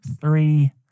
Three